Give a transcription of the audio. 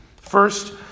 First